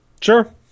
Sure